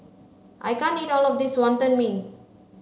I can't eat all of this wantan mee